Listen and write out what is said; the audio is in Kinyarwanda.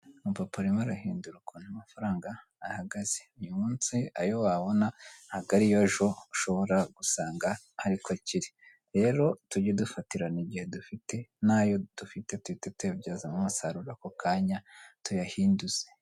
Papa arimo arahindura ukuntu amafaranga ahagaze uyu munsi ayo wabona ntabworiyo ejo ushobora gusanga ariko akiri rero tujye dufatirana igihe dufite n'ayo dufite tujye tuyabyaza umusaruro ako kanya tuyahinduze